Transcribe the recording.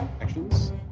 actions